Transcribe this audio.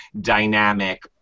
dynamic